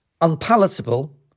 unpalatable